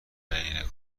غیر